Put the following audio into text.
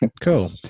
Cool